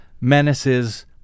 menaces